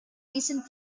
recent